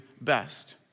best